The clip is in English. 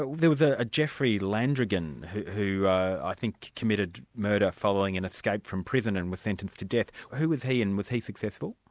but there was ah a jeffrey landrigan who i think committed murder following an escape from prison, and was sentenced to death. who was he, and was he successful?